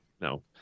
no